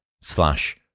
slash